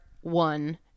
one